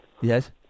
Yes